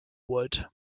wood